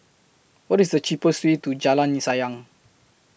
What IS The cheapest Way to Jalan Sayang